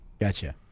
Gotcha